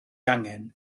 angen